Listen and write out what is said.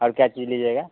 और क्या चीज़ लीजिएगा